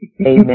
Amen